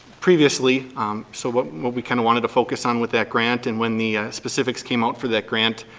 previously so what what we kind of wanted to focus on with that grant and when the specifics came out for that grant,